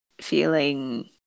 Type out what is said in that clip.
feeling